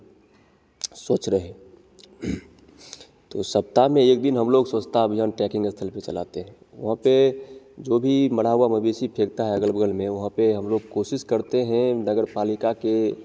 स्वच्छ रहे तो सप्ताह में एक दिन हम लोग स्वच्छता अभियान टैकिंग स्थल पे चलाते हैं वहाँ पे जो मरा हुआ मवेशी फेंकता है अगल बगल में वहाँ पे हम लोग कोशिश करते हैं नगर पालिका के